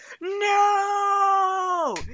No